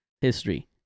history